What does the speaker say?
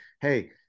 hey